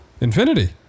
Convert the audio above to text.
Infinity